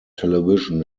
television